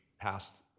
passed